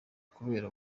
kubera